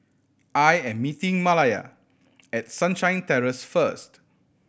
I am meeting Malaya at Sunshine Terrace first